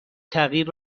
تغییر